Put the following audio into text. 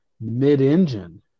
mid-engine